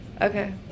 Okay